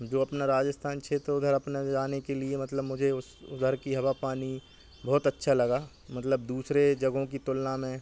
जो अपना राजस्थान क्षेत्र है उधर अपने जाने के लिए मतलब मुझे उधर की हवा पानी बहुत अच्छी लगी मतलब दूसरे जगहों की तुलना में